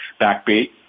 backbeat